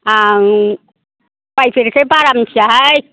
आं बायफेरिखाय बारा मिथियाहाय